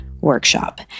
workshop